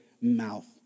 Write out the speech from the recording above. mouth